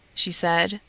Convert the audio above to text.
she said.